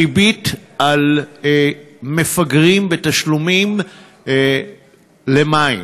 ריבית על פיגור בתשלומים על מים.